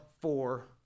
four